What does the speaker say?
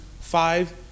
five